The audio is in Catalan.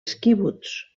quibuts